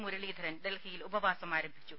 മുരളീധരൻ ഡൽഹിയിൽ ഉപവാസം ആരംഭിച്ചു